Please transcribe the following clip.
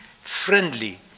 friendly